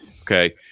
Okay